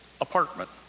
apartment